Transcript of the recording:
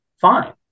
fine